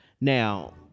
now